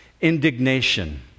indignation